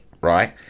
right